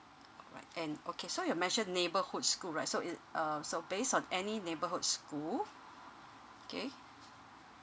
alright and okay so you mention neighbourhood school right so it um so based on any neighbourhood school okay